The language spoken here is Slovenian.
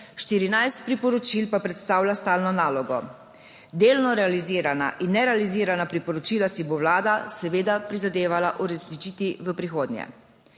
14 priporočil pa predstavlja stalno nalogo. Delno realizirana in nerealizirana priporočila si bo Vlada seveda prizadevala uresničiti v prihodnje.